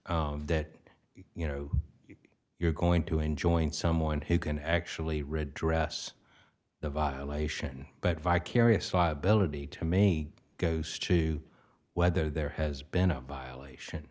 matter that you know you're going to enjoin someone who can actually read dress the violation but vicarious liability to me goes to whether there has been a violation